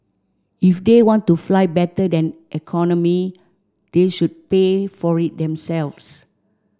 if they want to fly better than economy they should pay for it themselves